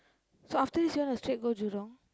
so after this you want to straight go Jurong